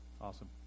Awesome